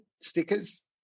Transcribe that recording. stickers